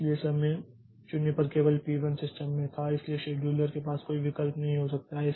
इसलिए समय 0 पर केवल पी 1 सिस्टम में था इसलिए शेड्यूलर के पास कोई विकल्प नहीं हो सकता है